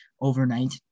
overnight